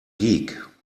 geek